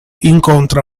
incontra